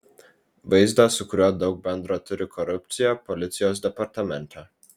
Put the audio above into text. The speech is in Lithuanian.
vaizdą su kuriuo daug bendro turi korupcija policijos departamente